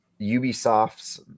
Ubisoft's